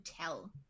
tell